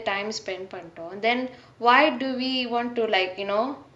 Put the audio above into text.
time spent then why do we want to like you know